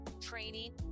training